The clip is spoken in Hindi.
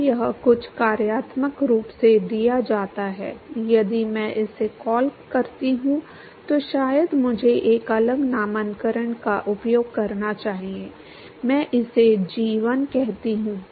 तो यह कुछ कार्यात्मक रूप से दिया जाता है यदि मैं इसे कॉल करता हूं तो शायद मुझे एक अलग नामकरण का उपयोग करना चाहिए मैं इसे जी 1 कहता हूं